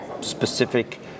specific